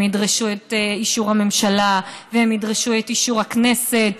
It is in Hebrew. הם ידרשו את אישור הממשלה והם ידרשו את אישור הכנסת,